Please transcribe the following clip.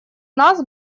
нас